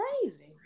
crazy